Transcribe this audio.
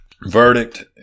verdict